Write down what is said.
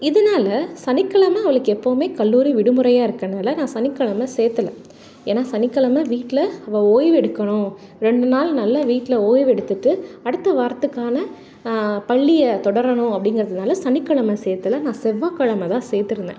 இதனால சனிக்கிழமை அவளுக்கு எப்போதுமே கல்லூரி விடுமுறையாக இருக்கறனால நான் சனிக்கிழமை சேர்த்தல ஏன்னால் சனிக்கிழமை வீட்டில் அவள் ஓய்வெடுக்கணும் ரெண்டு நாள் நல்லா வீட்டில் ஓய்வெடுத்துகிட்டு அடுத்த வாரத்துக்கான பள்ளியை தொடரணும் அப்படிங்கிறதுனால சனிக்கெழமை சேர்த்தல நான் செவ்வாய்கெழமை தான் சேர்த்துருந்தேன்